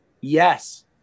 yes